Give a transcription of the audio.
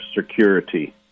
security